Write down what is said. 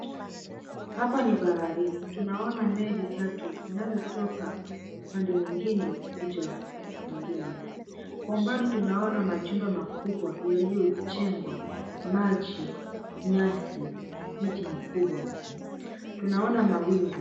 Hapa ni baharini tunaona meli tatu zinazotoka upande mwingine uliojaa nyingine kwa umbali tunaona majumba makubwa yaliyojengwa, maji, nyasi, miti mikubwa tunaona mawingu.